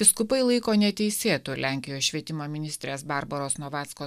vyskupai laiko neteisėtu lenkijos švietimo ministrės barbaros novadskos